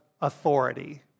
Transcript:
authority